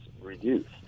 reduced